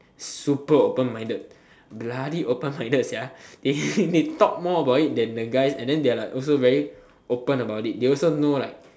super open-minded bloody open-minded they talk more about it then the guys and then they are like also very open about it they also know like